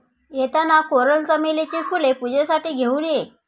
येताना कोरल चमेलीची फुले पूजेसाठी घेऊन ये